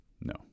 No